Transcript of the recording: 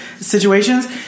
situations